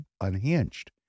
unhinged